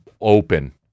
open